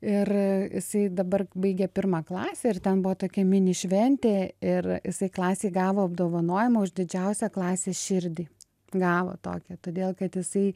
ir jisai dabar baigė pirmą klasę ir ten buvo tokia mini šventė ir jisai klasėj gavo apdovanojimą už didžiausią klasės širdį gavo tokią todėl kad jisai